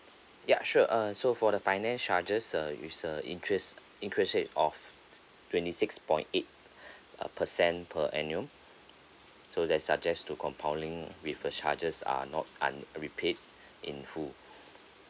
yup sure uh so for the finance charges uh is a interest interest rate of twenty six point eight uh percent per annum so that suggest to compounding with a charges are not aren't repaid in full